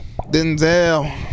Denzel